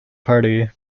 party